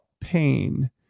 pain